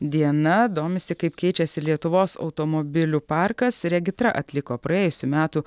diena domisi kaip keičiasi lietuvos automobilių parkas regitra atliko praėjusių metų